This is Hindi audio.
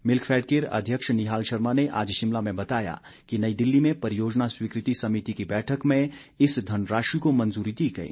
मिल्कफैड के अध्यक्ष निहाल शर्मा ने आज शिमला में बताया कि नई दिल्ली में परियोजना स्वीकृति समिति की बैठक में इस धनराशि को मंजूरी दी गई